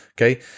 okay